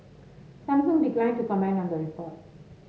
Samsung declined to comment on the report